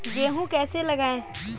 गेहूँ कैसे लगाएँ?